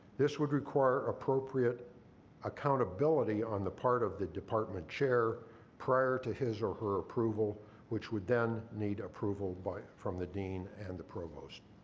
this would require appropriate accountability on the part of the department chair prior to his or her approval which would then need approval by the dean and the provost.